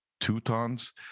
Teutons